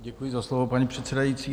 Děkuji za slovo, paní předsedající.